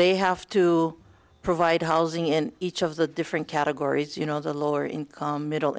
they have to provide housing in each of the different categories you know the lower income middle